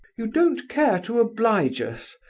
you don't care to oblige us?